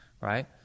right